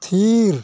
ᱛᱷᱤᱨ